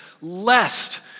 lest